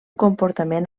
comportament